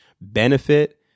benefit